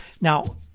Now